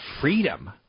freedom